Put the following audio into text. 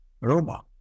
Roma